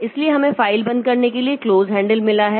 इसलिए हमें फ़ाइल बंद करने के लिए क्लोज हैंडल मिला है